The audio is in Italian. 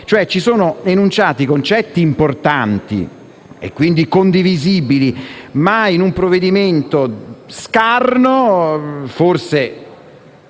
Sono, cioè, enunciati concetti importanti e, quindi, condivisibili, ma in un provvedimento scarno. Forse